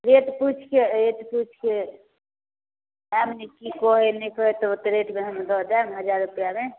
rate पुछिके rate पुछिके आएब ने तऽ कि कहै हइ नहि कहै हइ तऽ ओतेक रेटमे हम दऽ देब हजार रुपैआमे